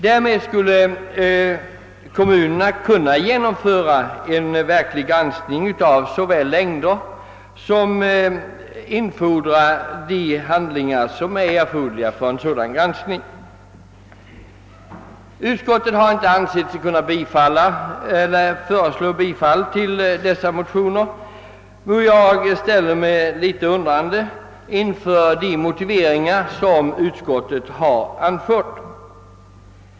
Därmed skulle kommunerna kunna såväl genomföra cen verklig granskning av taxeringslängderna som infordra de handlingar som är erforderliga för en sådan granskning. Utskottet har inte ansett sig kunna tillstyrka motionerna och jag ställer mig litet undrande inför de motiveringar som utskottet anfört som stöd härför.